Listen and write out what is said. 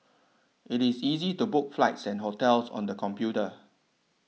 it is easy to book flights and hotels on the computer